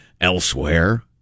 elsewhere